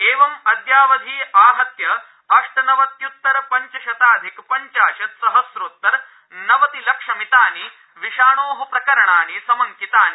एवं अद्यावधि आहत्य अष्ट नवत्य्त्तर पंच शताधिक पञाशत् सहस्रोत्तर नवति लक्षमितानि विषाणो प्रकरणानि समंकितानि